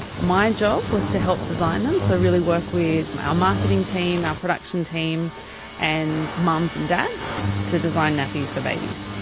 my job was to help design them, so really work with our marketing team, our production team and mums and dads to design nappies for babies.